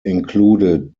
included